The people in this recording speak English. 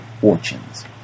fortunes